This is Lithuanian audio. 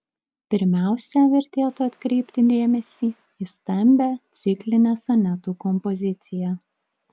pirmiausia vertėtų atkreipti dėmesį į stambią ciklinę sonetų kompoziciją